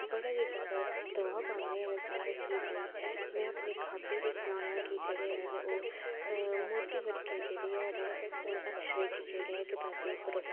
बड़ा गै ज्यादा दवाब पांदे न ते कि में बाई अपने ख्याबें दी दुनियां गी जेह्ड़े हैन ओह् मोती बरगे जेह्ड़े हैन जेह्ड़े अक्षरें च जेह्ड़े कताबें च परोआं